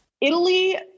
Italy